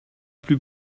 plus